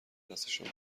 دستشان